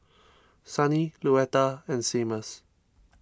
Sunny Luetta and Seamus